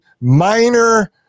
minor